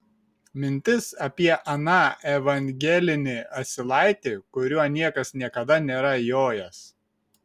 mintis apie aną evangelinį asilaitį kuriuo niekas niekada nėra jojęs